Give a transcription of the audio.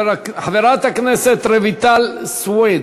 חברת הכנסת רויטל סויד,